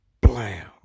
blam